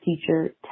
teacher